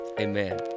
Amen